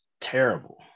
terrible